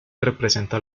representa